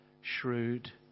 shrewd